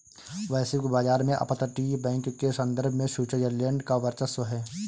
वैश्विक बाजार में अपतटीय बैंक के संदर्भ में स्विट्जरलैंड का वर्चस्व है